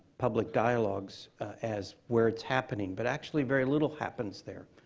public dialogues as where it's happening, but actually very little happens there.